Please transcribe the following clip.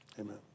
Amen